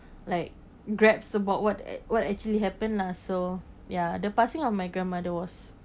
like grabbed about what ac~ what actually happen lah so ya the passing of my grandmother was